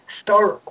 start